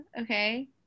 Okay